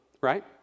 right